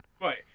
Right